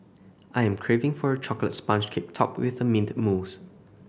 I am craving for a chocolate sponge cake topped with mint mousse